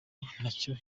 ntacyo